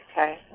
Okay